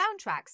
soundtracks